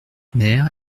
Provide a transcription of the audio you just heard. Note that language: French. mère